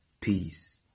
Peace